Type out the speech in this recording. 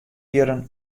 jierren